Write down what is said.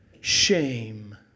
shame